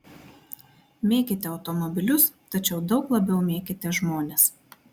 mėkite automobilius tačiau daug labiau mėkite žmones